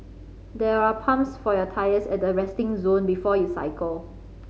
there are pumps for your tyres at the resting zone before you cycle